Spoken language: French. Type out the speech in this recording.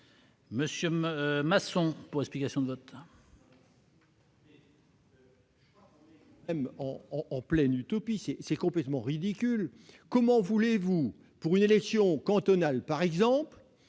Louis Masson, pour explication de vote.